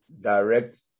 direct